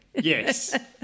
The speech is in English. Yes